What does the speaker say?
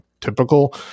typical